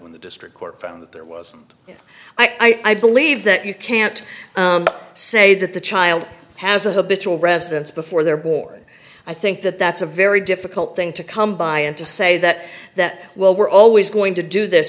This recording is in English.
when the district court found there was i believe that you can't say that the child has a habitual residence before they're born i think that that's a very difficult thing to come by and to say that that well we're always going to do this